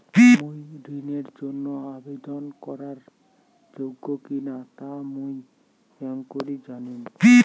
মুই ঋণের জন্য আবেদন করার যোগ্য কিনা তা মুই কেঙকরি জানিম?